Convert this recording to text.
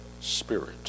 spirit